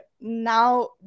now